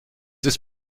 ist